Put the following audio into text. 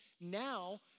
Now